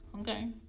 Okay